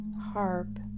harp